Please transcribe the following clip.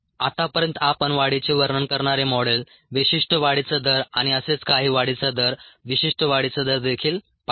आतापर्यंत आपण वाढीचे वर्णन करणारे मॉडेल विशिष्ट वाढीचा दर आणि असेच काही वाढीचा दर विशिष्ट वाढीचा दर देखील पाहिले